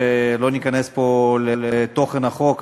לא ניכנס פה לתוכן החוק,